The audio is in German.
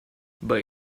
bei